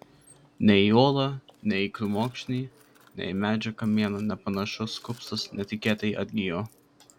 nei į uolą nei į krūmokšnį nei į medžio kamieną nepanašus kupstas netikėtai atgijo